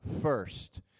first